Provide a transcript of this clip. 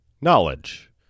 knowledge